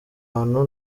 hantu